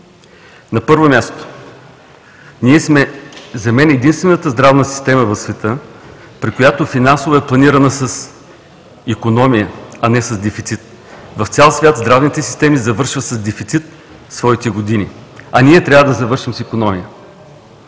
На първо място – за мен ние сме единствената здравна система в света, която финансово е планирана с икономия, а не с дефицит. В цял свят здравните системи завършват с дефицит своите години, а ние трябва да завършим с икономия.